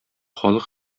халык